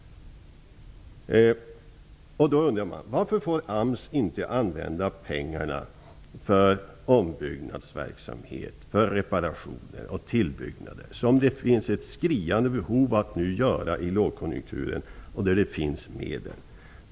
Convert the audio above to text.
Då undrar man: Varför får AMS inte använda pengarna för ombyggnadsverksamhet, reparationer och tillbyggnader, som det finns ett skriande behov av att göra nu i lågkonjunkturen då det finns medel?